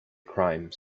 crimes